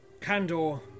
Candor